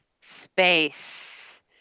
Space